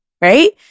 right